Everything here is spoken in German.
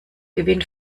gewinn